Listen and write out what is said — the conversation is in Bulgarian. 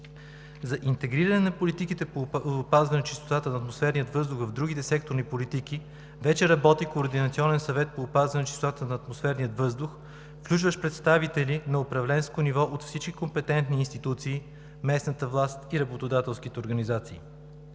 За интегриране на политиките по опазване чистотата на атмосферния въздух в другите секторни политики вече работи Координационен съвет по опазване чистотата на атмосферния въздух, включващ представители на управленско ниво от всички компетентни институции, местната власт и работодателските организации.